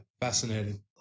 Fascinating